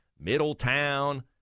Middletown